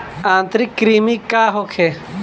आंतरिक कृमि का होखे?